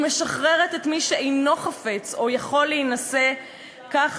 ומשחררת את מי שאינו חפץ או יכול להינשא כך